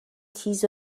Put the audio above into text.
تیز